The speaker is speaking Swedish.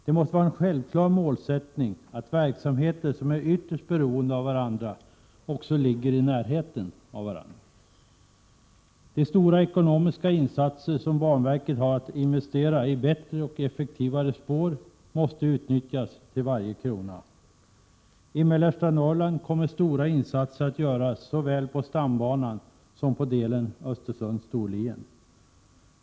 Det måste vara en självklar målsättning att verksamheter som är ytterst beroende av varandra skall ligga i närheten av varandra. De stora ekonomiska resurser som banverket har att investera i bättre och effektivare spår måste utnyttjas till varje krona. I mellersta Norrland kommer stora insatser att göras såväl på stambanan som på delen Östersund Storlien.